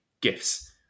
gifts